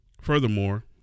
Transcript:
Furthermore